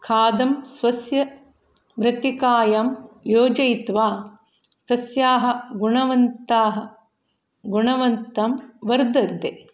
खाद्यं स्वस्य मृत्तिकायां योजयित्वा तस्याः गुणवत्ताः गुणवन्तं वर्धन्ते